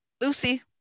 Lucy